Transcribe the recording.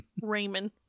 Raymond